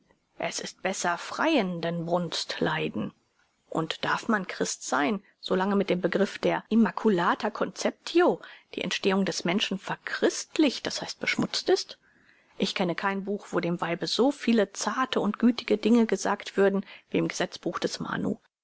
es ist besser freien denn brunst leiden und darf man christ sein so lange mit dem begriff der immaculata conceptio die entstehung des menschen verchristlicht das heißt beschmutzt ist ich kenne kein buch wo dem weibe so viele zarte und gütige dinge gesagt würden wie im gesetzbuch des manu